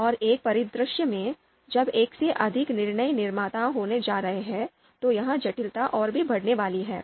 और एक परिदृश्य में जब एक से अधिक निर्णय निर्माता होने जा रहे हैं तो यह जटिलता और भी बढ़ने वाली है